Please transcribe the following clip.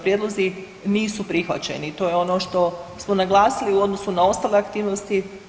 Prijedlozi nisu prihvaćeni, to je ono što smo naglasili u odnosu na ostale aktivnosti.